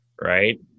right